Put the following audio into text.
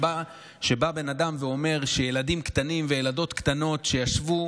בא בן אדם ואומר שילדים קטנים וילדות קטנות שישבו